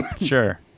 Sure